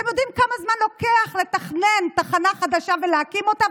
אתם יודעים כמה זמן לוקח לתכנן תחנה חדשה ולהקים אותה?